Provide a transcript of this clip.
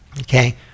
Okay